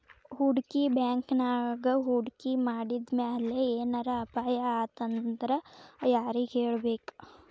ಹೂಡ್ಕಿ ಬ್ಯಾಂಕಿನ್ಯಾಗ್ ಹೂಡ್ಕಿ ಮಾಡಿದ್ಮ್ಯಾಲೆ ಏನರ ಅಪಾಯಾತಂದ್ರ ಯಾರಿಗ್ ಹೇಳ್ಬೇಕ್?